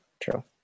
true